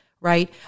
right